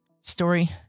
Story